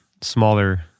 smaller